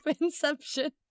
Inception